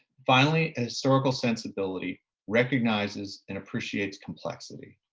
finally, historical sensibility recognizes and appreciates complexity.